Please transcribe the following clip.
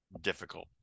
difficult